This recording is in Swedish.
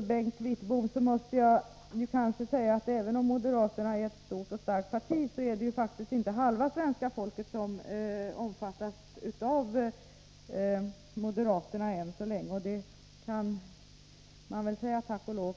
Bengt Wittboms inlägg måste jag säga, att även om moderaterna är ett stort och starkt parti, är det faktiskt inte halva svenska folket som omfattas av moderata samlingspartiet ännu så länge, tack och lov.